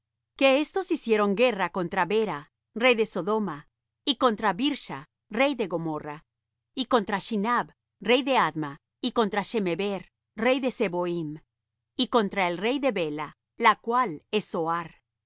que éstos hicieron guerra contra bera rey de sodoma y contra birsha rey de gomorra y contra shinab rey de adma y contra shemeber rey de zeboim y contra el rey de bela la cual es zoar